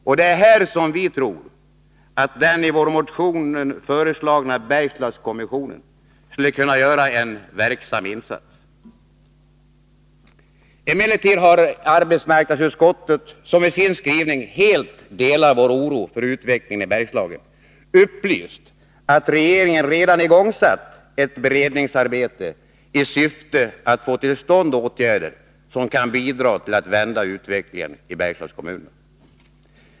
Och det är här som vi tror att den i vår motion föreslagna Bergslagskommissionen skulle kunna göra en verksam insats. Emellertid har arbetsmarknadsutskottet, som i sin skrivning helt delar vår oro för utvecklingen i Bergslagen, upplyst om att regeringen redan igångsatt ett beredningsarbete i syfte att få till stånd åtgärder, som kan bidra till att vända utvecklingen i Bergslagskommunerna.